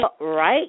right